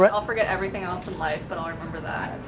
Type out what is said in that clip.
but i'll forget everything else in life, but i'll remember that